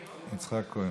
יצחק כהן.